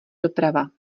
doprava